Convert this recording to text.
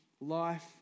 life